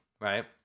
right